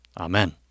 Amen